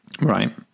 Right